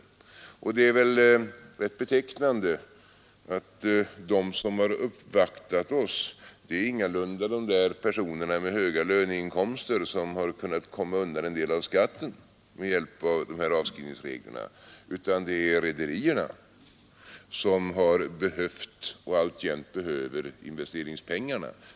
Och det är rätt betecknande att de som har uppvaktat oss ingalunda är de där personerna med höga löneinkomster som har kunnat komma undan en del av skatten med hjälp av de här avskrivningsreglerna, utan de som uppvaktat är rederierna som har behövt och alltjämt behöver investeringspengarna.